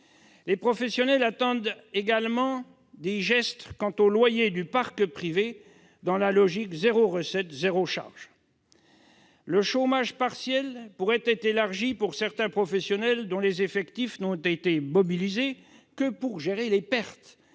Les professionnels attendent également des gestes quant aux loyers du parc privé, dans la logique « zéro recette, zéro charge ». Le chômage partiel pourrait être élargi à certains professionnels dont les effectifs n'ont été mobilisés que pour gérer les pertes